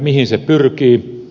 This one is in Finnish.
mihin se pyrkii